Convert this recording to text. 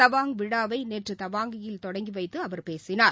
தவாங் விழாவைநேற்றுதவாங்கியில் தொடங்கிவைத்துஅவர் பேசினார்